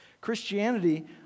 Christianity